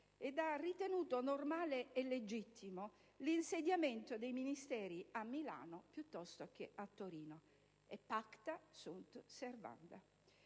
Scozia, ritenendo normale e legittimo l'insediamento di Ministeri a Milano, piuttosto che a Torino.